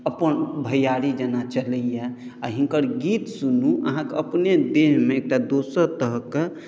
अपन भैआरी जेना चलैया आ हिनकर गीत सुनु अहाँकेँ अपने देहमे एकटा दोसर तरहके